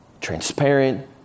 transparent